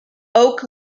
oak